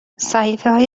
صحیفههای